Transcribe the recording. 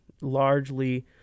largely